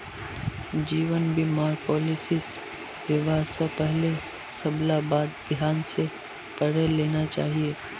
जीवन बीमार पॉलिसीस लिबा स पहले सबला बात ध्यान स पढ़े लेना चाहिए